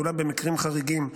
אולם במקרים חריגים,